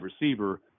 receiver